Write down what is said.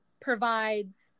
provides